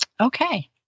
Okay